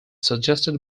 suggested